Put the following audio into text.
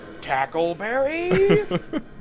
Tackleberry